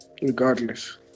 Regardless